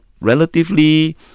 relatively